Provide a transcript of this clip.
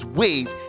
ways